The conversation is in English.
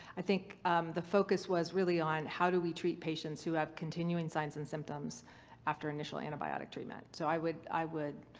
i think the focus was really on, how do we treat patients who have continuing signs and symptoms after initial antibiotic treatment? so i would i would